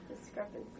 discrepancy